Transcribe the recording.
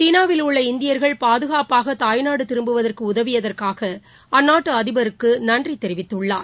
சீனாவில் உள்ள இந்தியர்கள் பாதுகாப்பாகதாய்நாடுதிரும்புவதற்குஉதவியதற்காகஅந்நாட்டுஅதிபருக்குபிரதமர் நன்றிதெரிவித்துள்ளார்